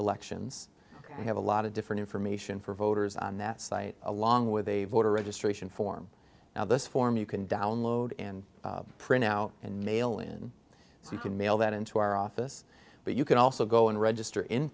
elections i have a lot of different information for voters on that site along with a voter registration form now this form you can download and print out and mail in so you can mail that into our office but you can also go and register in